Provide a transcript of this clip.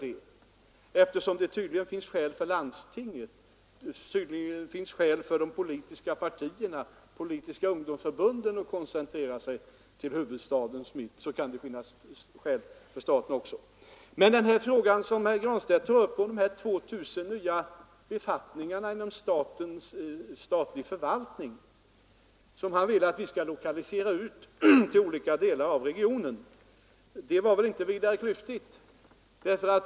Det finns tydligen skäl för landstinget, de politiska partierna och ungdomsförbunden att koncentrera sig till huvudstadens mitt, och då kan det också finnas skäl för staten. Tanken att de 2 000 nya befattningarna inom statlig förvaltning, som herr Granstedt pekar på, skulle lokaliseras ut till olika delar av regionen var väl inte vidare klyftig.